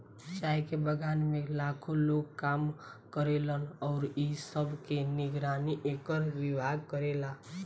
चाय के बगान में लाखो लोग काम करेलन अउरी इ सब के निगरानी एकर विभाग करेला